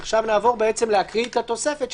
אז עכשיו נעבור להקריא את התוספת,